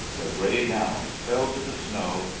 the gray gowns fell to the snow,